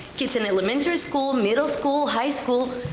kids in elementary school, middle school, high school,